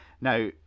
Now